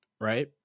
right